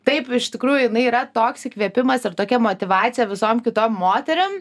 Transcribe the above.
taip iš tikrųjų jinai yra toks įkvėpimas ir tokia motyvacija visom kitom moterim